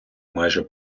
майже